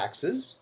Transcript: taxes